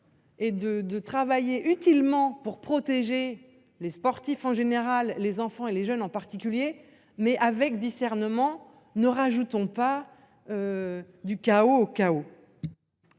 de de travailler utilement pour protéger les sportifs en général les enfants et les jeunes en particulier mais avec discernement ne rajoutons pas. Du chaos au chaos.